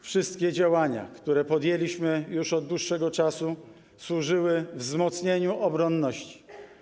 Wszystkie nasze działania, które podejmowaliśmy, już od dłuższego czasu służyły wzmocnieniu obronności.